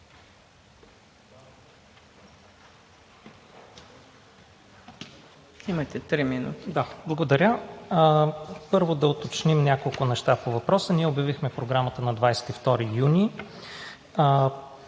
Да, благодаря. Първо, да уточним няколко неща по въпроса. Ние обявихме програмата на 22 юни.